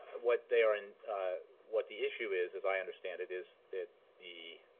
what they are in what the issue is, as i understand it, is that the